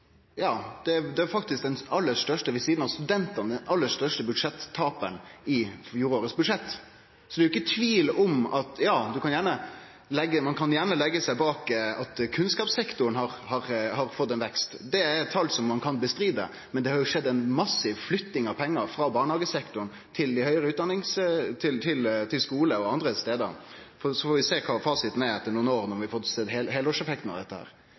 aller største budsjettaparen – ved sidan av studentane – i fjorårets budsjett. Ein kan gjerne leggje seg bak at kunnskapssektoren har fått ein vekst, for det er tal som ein kan imøtegå. Men det er ikkje tvil om at det har skjedd ei massiv flytting av pengar frå barnehagesektoren til skule og andre stadar. Så får vi sjå kva fasiten er etter nokre år når vi får sett heilårseffekten av dette.